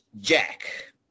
Jack